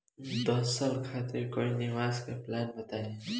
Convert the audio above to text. दस साल खातिर कोई निवेश के प्लान बताई?